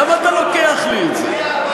למה אתה לוקח לי את זה?